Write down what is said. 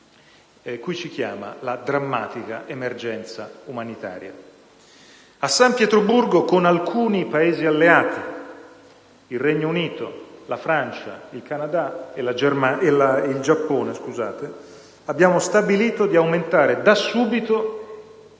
cui ci chiama la drammatica emergenza umanitaria. A San Pietroburgo con alcuni Paesi alleati (tra cui il Regno Unito, la Francia, il Canada e il Giappone) abbiamo stabilito di aumentare da subito